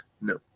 No